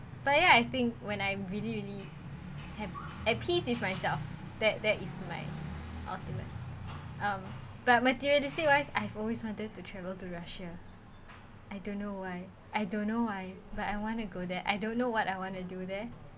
but ya I think when I really really happy have peace with myself that that is my ultimate um but materialistic wise I have always wanted to travel to russia I don't know why I don't know why but I want to go there I don't know what I want to do there